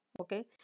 Okay